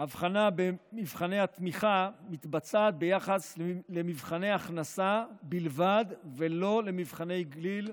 ההבחנה במבחני התמיכה מתבצעת ביחס להכנסה בלבד ולא לגיל.